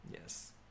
yes